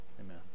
Amen